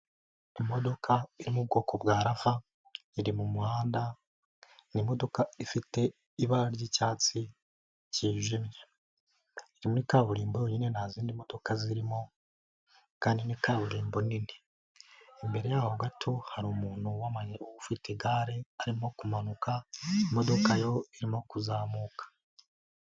Imodoka iri mu bwoko bwa rava, iri mumuhanda, ni imodoka ifite ibara ry'icyatsi kijimye iri muri kaburimbo yonyine nta zindi modoka zirimo, kandi ni kaburimbo nini. Imbere yaho gato hari umuntu wamaye ufite igare arimo kumanuka, imodoka yo irimo kuzamuka.